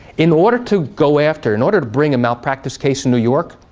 in order to go after, in order to bring a malpractice case in new york,